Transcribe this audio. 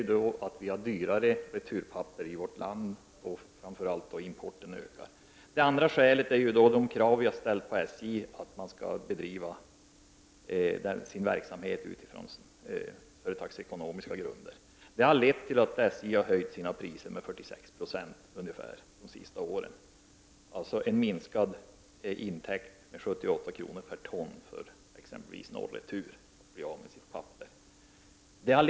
Det ena är att vi har dyrare returpapper i vårt land och att importen ökar. Det andra skälet är de krav som vi har ställt på SJ att bedriva sin verksamhet på företagsekonomiska grunder. Det har lett till att SJ har höjt sina priser med ungefär 46 96 de senaste åren. Det betyder en minskad intäkt på 78 kr./ton för exempelvis Norretur för att bli av med sitt papper.